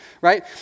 right